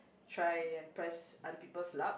try and press other peoples luck